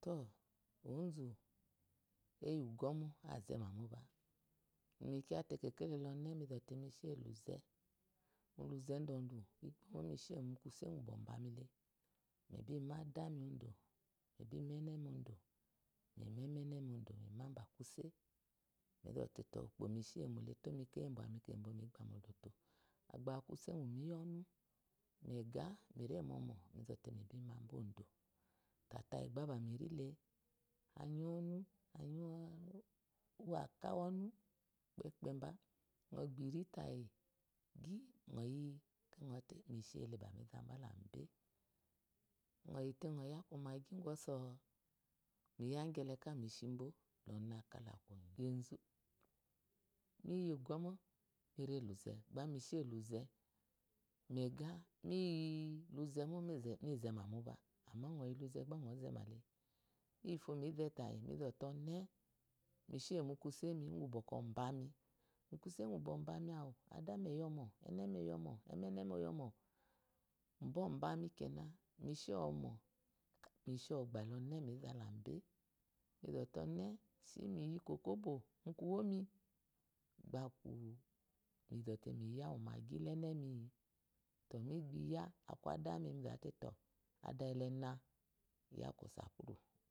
Eyi ugomó azemá mobá iyi kya mate kaike lele mi zote mishe mú zu muluze dzdú múkuse úqú əba mi le mibi ma ada mi odó mi bi má ene mi odo mibi má emene mi odó mi ma ba kusa mizɔ te tɔ ukpo miseyi mo lezɔte tɔ ukpo mi se yi mo le tomi kayi labwa kebwe abá. ku kuse qú mi yá ənu maiga mire momó mi bi má bá odó anyi ənú any aka uwu ɔnu pepebá əqiri tayi mi əɔte mishele mi za ba la be mido te miya kwomagi ki gwə ɔsə miyi ugó mo mi reluze mo maigá mi yi luze mó mize ma mó ba iyifó mi zelayi mi she mu kusai ugu aban mu kuse ugheu oban awu adani eyi mo enemi eyi əmo emne be, enemi oyimo mobami kena mi shomo me she mo bami əne mi zálábé shi mi yikwokwóblo ba akú mi zo te miya kwomagi la ene mi aku ada mimizəte ada ele na adá ya kwo sapulu